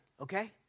okay